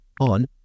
On